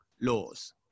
laws